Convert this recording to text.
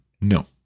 No